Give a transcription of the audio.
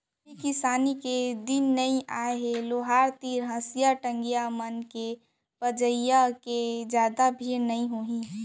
अभी किसानी के दिन नइ आय हे लोहार तीर हँसिया, टंगिया मन के पजइया के जादा भीड़ नइ होही